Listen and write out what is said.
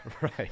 Right